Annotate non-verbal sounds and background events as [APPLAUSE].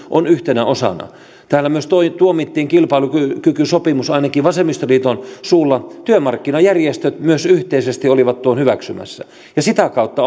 on yhtenä osana täällä myös tuomittiin kilpailukykysopimus ainakin vasemmistoliiton suulla työmarkkinajärjestöt myös yhteisesti olivat tuon hyväksymässä ja sitä kautta [UNINTELLIGIBLE]